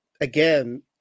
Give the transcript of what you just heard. again